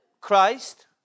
Christ